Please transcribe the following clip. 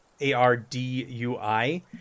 A-R-D-U-I